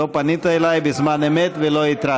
שלא פנית אליי בזמן אמת ולא התרעת.